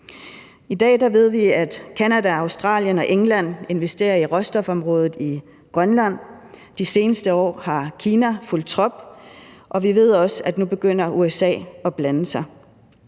I dag ved vi, at Canada, Australien og England investerer i råstofområdet i Grønland. De seneste år har Kina fulgt trop, og vi ved også, at nu begynder USA at blande sig.